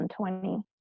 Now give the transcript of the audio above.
2020